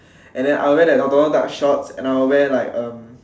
and then I will wear that Donald duck shorts and then I will wear like um